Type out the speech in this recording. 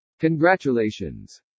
Congratulations